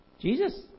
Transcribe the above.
Jesus